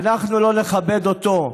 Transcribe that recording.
אנחנו לא נכבד אותו.